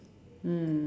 mm